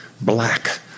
black